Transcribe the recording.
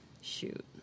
Shoot